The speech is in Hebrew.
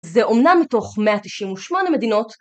‫זה אומנם מתוך 198 מדינות...